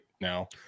now